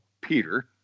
Peter